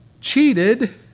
cheated